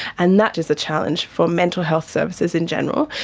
and that is a challenge for mental health services in general,